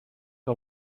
que